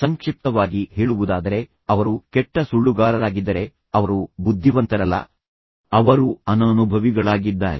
ಸಂಕ್ಷಿಪ್ತವಾಗಿ ಹೇಳುವುದಾದರೆ ಅವರು ಕೆಟ್ಟ ಸುಳ್ಳುಗಾರರಾಗಿದ್ದರೆ ಅವರು ಬುದ್ಧಿವಂತರಲ್ಲ ಅವರು ಅನನುಭವಿಗಳಾಗಿದ್ದಾರೆ